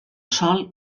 sol